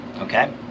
Okay